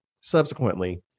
subsequently